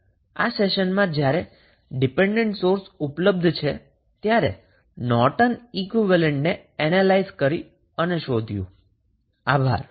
આ સેશનમાં જ્યારે ડિપેન્ડન્ટ સોર્સ ઉપલબ્ધ હોય ત્યારે નોર્ટન ઈક્વીવેલેન્ટને એનેલાઈઝ કર્યુ